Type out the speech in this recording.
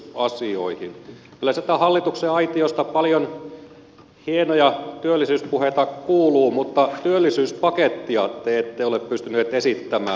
kyllä sieltä hallituksen aitiosta paljon hienoja työllisyyspuheita kuuluu mutta työllisyyspakettia te ette ole pystyneet esittämään